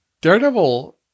Daredevil